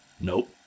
Nope